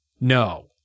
no